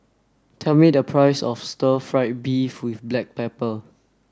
tell me the price of stir fried beef with black pepper